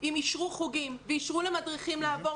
אם אישרו חוגים ואישרו למדריכים לעבור